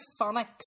phonics